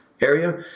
area